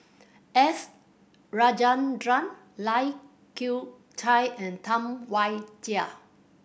S Rajendran Lai Kew Chai and Tam Wai Jia